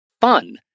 fun